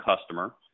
customer